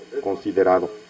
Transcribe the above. considerado